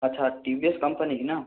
अच्छा T V S company है ना